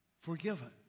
forgiven